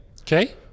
Okay